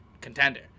contender